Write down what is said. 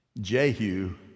Jehu